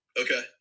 Okay